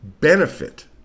benefit